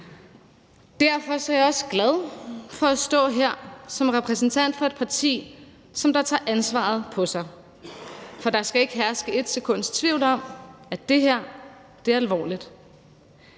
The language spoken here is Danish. Derfor er jeg også glad for at stå her som repræsentant for et parti, der tager ansvaret på sig. For der skal ikke herske et sekunds tvivl om, det her er alvorligt.